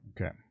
Okay